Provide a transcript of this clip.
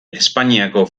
espainiako